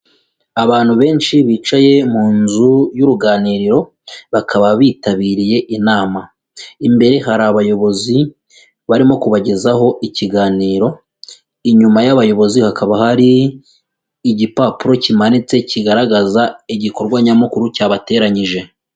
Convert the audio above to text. Abantu benshi bicaye mu nzu y'uruganiriro, bakaba bitabiriye inama. Imbere hari abayobozi barimo kubagezaho ikiganiro, inyuma y'abayobozi hakaba hari igipapuro kimanitse kigaragaza igikorwa nyamukuru cyabateranyije.